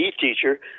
teacher